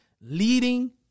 leading